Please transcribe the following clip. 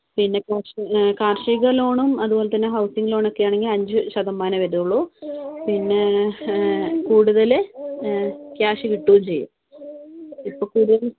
പിന്നെ കാർഷിക ലോണും അതുപോലെതന്നെ ഹൗസിങ്ങ് ലോണൊക്കെയാണെങ്കിൽ അഞ്ച് ശതമാനമേ വരികയുള്ളൂ പിന്നെ കൂടുതൽ ക്യാഷ് കിട്ടുകയും ചെയ്യും ഇപ്പോൾ കൂടുതൽ